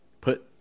put